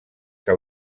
que